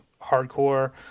hardcore